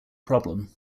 problem